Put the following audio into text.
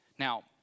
Now